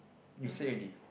you said already